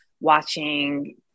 watching